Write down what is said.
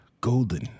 Golden